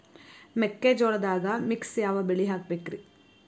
ಮೆಕ್ಕಿಜೋಳದಾಗಾ ಮಿಕ್ಸ್ ಯಾವ ಬೆಳಿ ಹಾಕಬೇಕ್ರಿ?